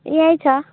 यहीँ छ